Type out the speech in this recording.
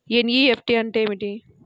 NEFT అంటే ఏమిటీ?